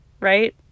right